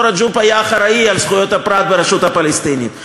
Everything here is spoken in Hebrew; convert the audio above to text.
רג'וב היה אחראי לזכויות הפרט ברשות הפלסטינית.